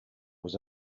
was